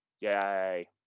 Yay